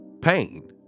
pain